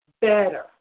better